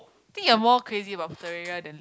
think you're more crazy about Terraria than